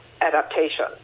adaptation